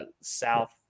South